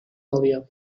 movió